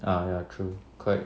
ah ya true correct